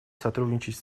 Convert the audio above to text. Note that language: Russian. сотрудничать